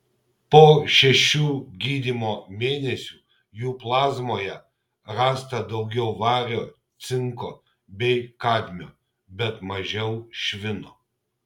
po šešių gydymo mėnesių jų plazmoje rasta daugiau vario cinko bei kadmio bet mažiau švino